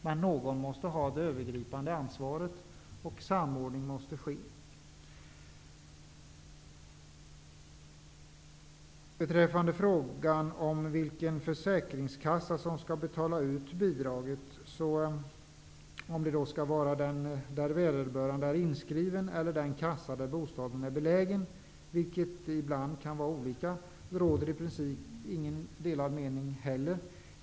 Men någon måste ha det övergripande ansvaret och samordning måste ske. Beträffande frågan om vilken försäkringskassa som skall betala ut bidraget, om det skall vara den där vederbörande är inskriven eller den kassa där bostaden är belägen, vilket ibland kan vara olika, råder det i princip ingen delad mening om.